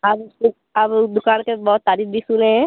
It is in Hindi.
हम उस हम उस दुकान का बहुत तारीफ भी सुने हैं